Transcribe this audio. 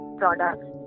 products